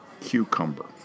cucumber